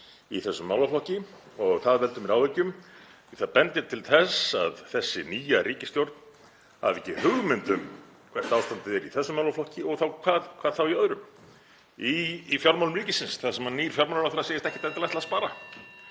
í þessum málaflokki og það veldur mér áhyggjum því það bendir til þess að þessi nýja ríkisstjórn hafi ekki hugmynd um hvert ástandið er í þessum málaflokki og hvað þá í öðrum; í fjármálum ríkisins (Forseti hringir.) þar sem nýr fjármálaráðherra segist ekkert endilega ætla að spara,